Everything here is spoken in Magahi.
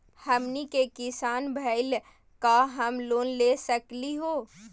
हमनी के किसान भईल, का हम लोन ले सकली हो?